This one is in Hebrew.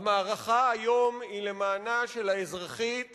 המערכה היום היא למענה של האזרחית